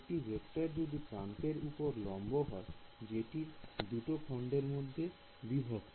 একটি ভেক্টর যদি প্রান্তের উপর লম্ব এবং জেটি দুটো খন্ডের মধ্যে বিভক্ত